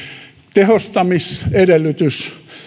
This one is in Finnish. tehostamisedellytys